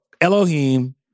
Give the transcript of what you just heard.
Elohim